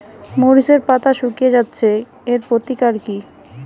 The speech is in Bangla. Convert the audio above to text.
মরিচের পাতা শুকিয়ে যাচ্ছে এর প্রতিকার কি?